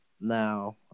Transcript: Now